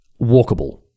walkable